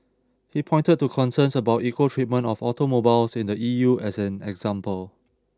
he pointed to concerns about equal treatment of automobiles in the E U as an example